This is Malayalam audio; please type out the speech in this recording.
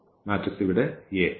മാട്രിക്സ് ഇവിടെ A